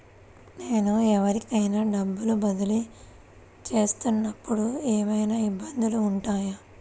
నేను ఎవరికైనా డబ్బులు బదిలీ చేస్తునపుడు ఏమయినా ఇబ్బందులు వుంటాయా?